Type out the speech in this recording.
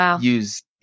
use